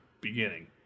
beginning